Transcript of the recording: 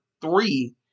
three